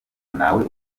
ntawe